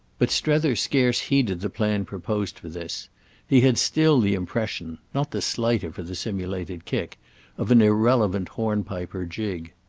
but strether scarce heeded the plan proposed for this he had still the impression not the slighter for the simulated kick of an irrelevant hornpipe or jig.